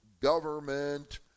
government